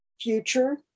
future